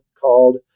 called